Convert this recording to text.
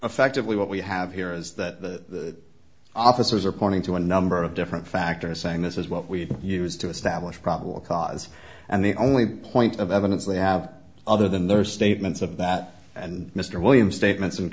effectively what we have here is that the officers are pointing to a number of different factors saying this is what we use to establish probable cause and the only point of evidence they have other than there are statements of that and mr williams statements